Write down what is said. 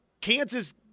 Kansas